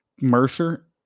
Mercer